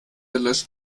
löscht